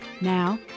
Now